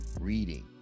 reading